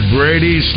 Brady